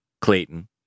Clayton